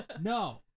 no